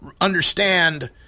understand